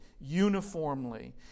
uniformly